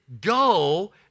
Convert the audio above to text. go